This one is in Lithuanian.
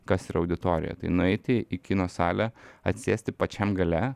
kas ya auditorija tai nueiti į kino salę atsisėsti pačiam gale